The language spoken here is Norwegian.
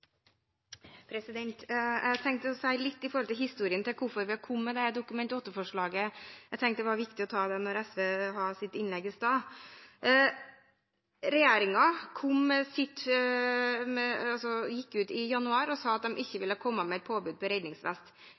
Jeg tenkte å si litt om historien til hvorfor vi har kommet med dette Dokument 8-forslaget – jeg tenkte det var viktig å si litt om det etter at SV hadde sitt innlegg i stad. Regjeringen gikk ut i januar og sa at den ikke vil komme med et påbud om redningsvest.